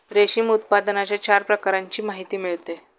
रेशीम उत्पादनाच्या चार प्रकारांची माहिती मिळते